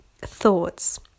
thoughts